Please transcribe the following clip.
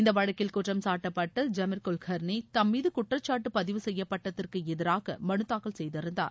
இந்த வழக்கில் குற்றம் சாட்டப்பட்ட ஜமீர் குல்கா்னி தம்மீது குற்றச்சாட்டு பதிவு செய்யப்பட்டதற்கு எதிராக மனுதாக்கல் செய்திருந்தார்